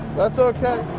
that's ok.